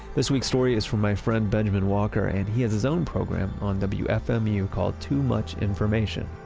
this week's story is from my friend benjamin walker, and he has his own program on wfmu called too much information.